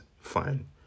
fine